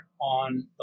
on